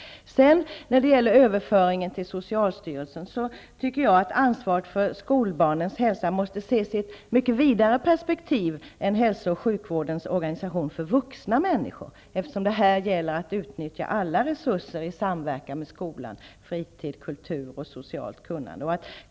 Beträffande överföringen av ansvaret till socialstyrelsen tycker jag att ansvaret för skolbarnens hälsa måste ses i ett mycket vidare perspektiv än hälso och sjukvårdens organisation för vuxna människor, eftersom det här gäller att utnyttja alla resurser i samverkan med skolan -- fritid, kultur och socialt kunnande.